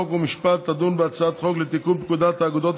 חוק ומשפט תדון בהצעת חוק לתיקון פקודת האגודות